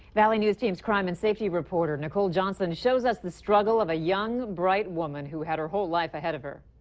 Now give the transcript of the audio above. valley news team's crime and safety reporter nicole johnson shows us the struggle of a young, and bright woman who had her whole life ahead of her.